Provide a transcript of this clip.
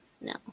no